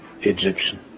Egyptian